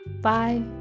bye